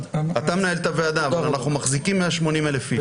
אנחנו מחזיקים 180,000 איש.